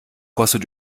kostet